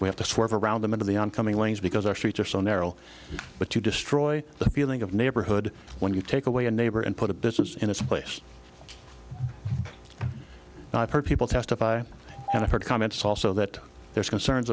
we have to swerve around them into the oncoming lanes because our streets are so narrow but you destroy the feeling of neighborhood when you take away a neighbor and put a business in its place and i've heard people testify and i've heard comments also that there's concerns